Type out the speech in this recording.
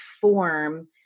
form